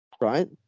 right